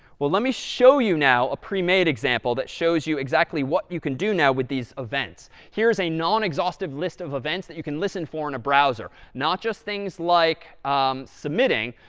well, let me show you now a premade example that shows you exactly what you can do now with these events. here's a nonexhaustive list of events that you can listen for in a browser, not just things like submitting,